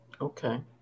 Okay